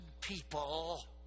people